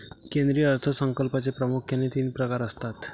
केंद्रीय अर्थ संकल्पाचे प्रामुख्याने तीन प्रकार असतात